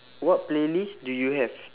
what playlist do you have